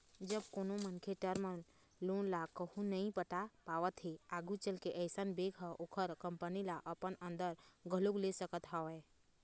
जब कोनो मनखे टर्म लोन ल कहूँ नइ पटा पावत हे आघू चलके अइसन बेंक ह ओखर कंपनी ल अपन अंदर घलोक ले सकत हवय